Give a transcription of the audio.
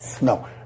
No